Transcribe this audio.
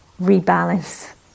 rebalance